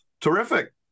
terrific